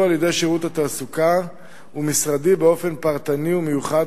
על-ידי שירות התעסוקה ומשרדי באופן פרטני ומיוחד,